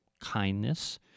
kindness